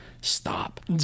stop